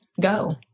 go